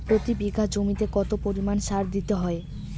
প্রতি বিঘা জমিতে কত পরিমাণ সার দিতে হয়?